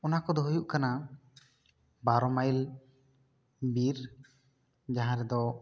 ᱚᱱᱟ ᱠᱚ ᱫᱚ ᱦᱩᱭᱩᱜ ᱠᱟᱱᱟ ᱵᱟᱨᱚ ᱢᱟᱭᱤᱞ ᱵᱤᱨ ᱡᱟᱦᱟᱸ ᱨᱮᱫᱚ